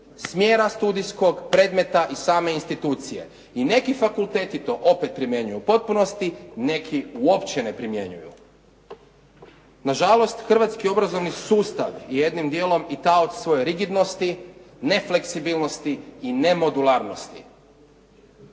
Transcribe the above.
smjera studijskog predmeta i same institucije i neki fakulteti to opet primjenjuju u potpunosti, neki uopće ne primjenjuju. Nažalost, hrvatski obrazovni sustav je jednim dijelom i taoc svoje rigidnosti, nefleksibilnosti i nemodularnosti.